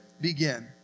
begin